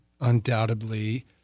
undoubtedly